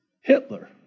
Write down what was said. Hitler